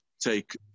take